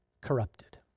corrupted